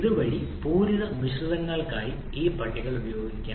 ഇതുവഴി പൂരിത മിശ്രിതങ്ങൾക്കായി ഈ പട്ടികകൾ ഉപയോഗിക്കാം